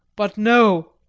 but no!